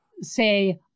say